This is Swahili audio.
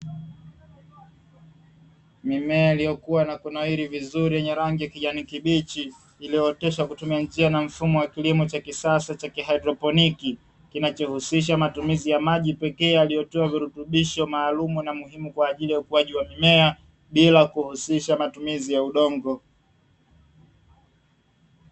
Mimea iliyokuwa na kunawiri vizuri yenye rangi ya kijani kibichi, iliyooteshwa kutumia njia na mfumo wa kilimo cha kisasa wa kihaidroponi, kinachohusisha matumizi ya maji pekee yaliotiwa virutubisho maalumu na muhimu kwa ajili ukujaji wa mimea, bila kuhusisha matumizi ya udongo.